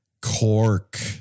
cork